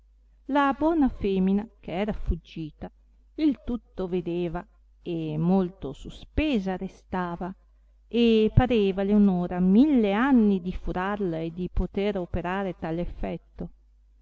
la buona femina che era fuggita il tutto vedeva e molto suspesa restava e parevale un ora mille anni di furarla e di poter operare tal effetto